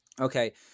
Okay